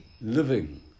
living